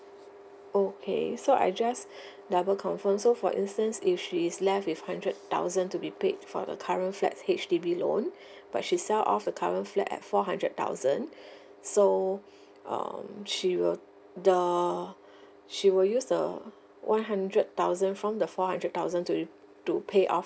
okay so I just double confirm so for instance if she is left with hundred thousand to be paid for the current flat's H_D_B loan but she sell off the current flat at four hundred thousand so um she will the she will use the one hundred thousand from the four hundred thousand to to pay off